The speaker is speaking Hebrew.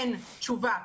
אין תשובה.